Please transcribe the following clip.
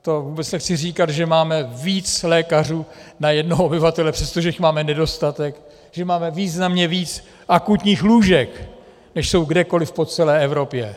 To vůbec nechci říkat, že máme více lékařů na jednoho obyvatele, přestože jich máme nedostatek, že máme významně víc akutních lůžek, než jsou kdekoliv po celé Evropě.